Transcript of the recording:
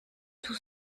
tout